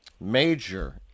Major